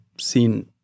seen